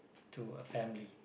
to a family